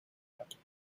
happening